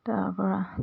তাৰ পৰা